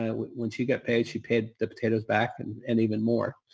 ah when she got paid, she paid the potatoes back and and even more.